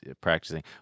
practicing